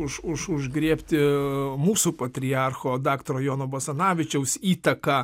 už už užgriebti mūsų patriarcho daktaro jono basanavičiaus įtaką